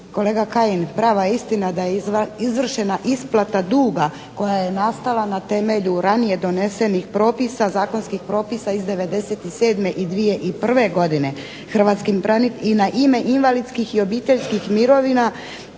Kolega Kajin, prava je istina da je izvršena isplata duga koja je nastala na temelju ranije donesenih propisa, zakonskih propisa iz '97. i 2001.godine i na ime invalidskih i obiteljskih mirovina